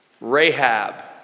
Rahab